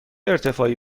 ارتفاعی